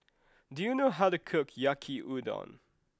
do you know how to cook Yaki Udon